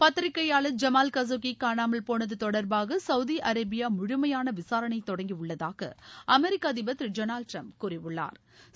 பத்திரிகையாளர் Jamal Khashoggi காணாமல் போனது தொடர்பாக சவுதி அரேபியா முழுமையான விசாரணையை தொடங்கியுள்ளதாக அமெரிக்க அதிபர் திரு டெனால்டு டிரம்ப் கூறியுள்ளாள்